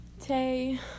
Tay